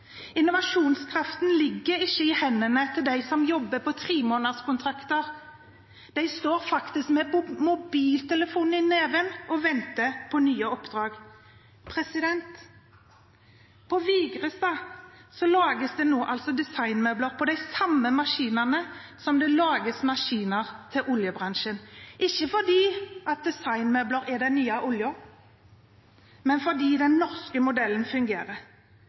Innovasjonskraften ligger ikke i hendene til dem som jobber på tremånederskontrakter. De står faktisk med mobiltelefonen i neven og venter på nye oppdrag. På Vigrestad lages det nå altså designmøbler på de samme maskinene som det lages maskiner til oljebransjen på, ikke fordi designmøbler er den nye oljen, men fordi den norske modellen fungerer